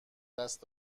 دست